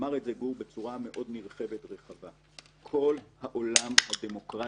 אמר את זה גור בצורה מאוד נרחבת ורחבה: כל העולם הדמוקרטי